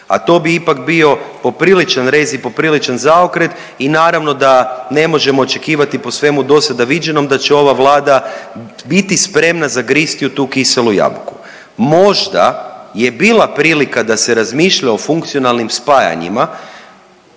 a to bi ipak bio popriličan rez i popriličan zaokret i naravno da ne možemo očekivati po svemu do sada viđenom da će ova Vlada biti spremna zagristi u tu kiselu jabuku. Možda je bila prilika da se razmišlja o funkcionalnim spajanjima